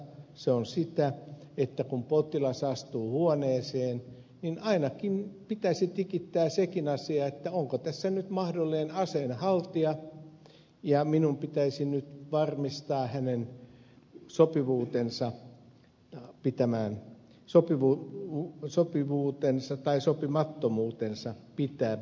se on sitä että kun potilas astuu huoneeseen niin ainakin pitäisi tikittää sekin asia onko tässä nyt mahdollinen aseen haltija ja minun pitäisi nyt varmistaa hänen sopivuutensa tai sopimattomuutensa pitää hallussaan ampuma asetta